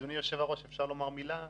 אדוני היושב ראש, אפשר לומר מילה?